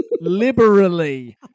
Liberally